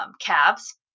calves